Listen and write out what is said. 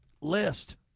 list